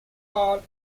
all